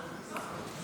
היושב-ראש,